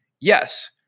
Yes